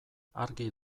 argi